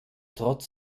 trotz